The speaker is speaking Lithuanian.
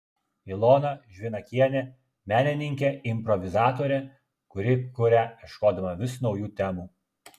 ilona žvinakienė menininkė improvizatorė kuri kuria ieškodama vis naujų temų